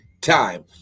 time